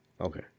Okay